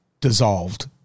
dissolved